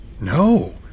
No